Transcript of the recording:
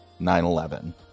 9-11